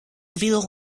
reveal